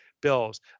bills